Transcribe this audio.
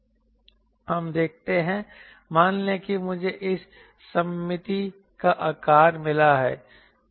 हमें देखते हैं मान लें कि मुझे इस सममिती का आकार मिला है क्या होता है